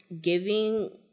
giving